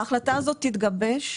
ההחלטה הזאת תתגבש.